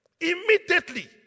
Immediately